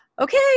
okay